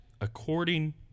according